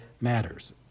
matters